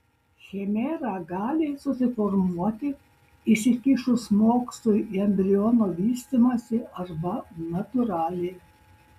chimera gali susiformuoti įsikišus mokslui į embriono vystymąsi arba natūraliai